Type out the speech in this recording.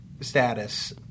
status